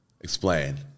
Explain